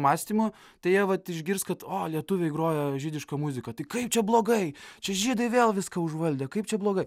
mąstymo tai jie vat išgirs kad o lietuviai groja žydišką muziką tai kaip čia blogai čia žydai vėl viską užvaldė kaip čia blogai